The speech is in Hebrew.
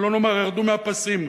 שלא לומר ירדו מהפסים.